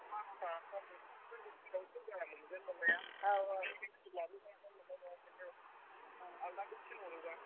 बार'था सानजौफु गोजौसिमाव फैबा मोनगोन मोननाया औ औ ओमफ्राय बे रिसिब लाबोआबा मोननाय नङा औ आलदाखौ थिनहरोबा